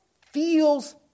feels